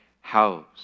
house